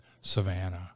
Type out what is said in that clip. Savannah